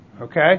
okay